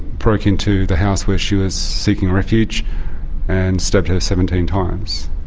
broke into the house where she was seeking refuge and stabbed her seventeen times.